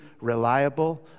reliable